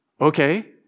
Okay